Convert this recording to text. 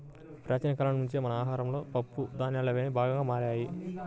ప్రాచీన కాలం నుంచే మన ఆహారంలో పప్పు ధాన్యాలనేవి భాగంగా మారాయి